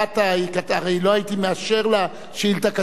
הרי לא הייתי מאשר לה שאילתא כזאת כללית,